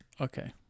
Okay